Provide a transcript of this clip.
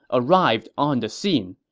arrived on the scene.